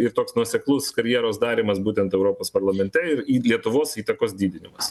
ir toks nuoseklus karjeros darymas būtent europos parlamente ir į lietuvos įtakos didinimas